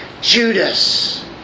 Judas